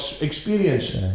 experience